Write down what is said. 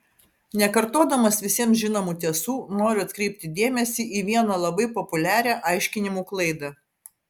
nekartodamas visiems žinomų tiesų noriu atkreipti dėmesį į vieną labai populiarią aiškinimų klaidą